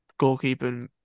goalkeeping